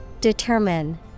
Determine